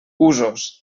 usos